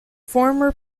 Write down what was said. former